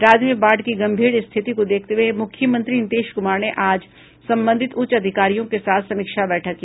राज्य में बाढ़ की गंभीर स्थिति को देखते हुए मुख्यमंत्री नीतीश कुमार ने आज संबंधित उच्च अधिकारियों के साथ समीक्षा बैठक की